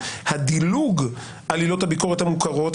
הדילוג על עילות הביקורת המוכרות,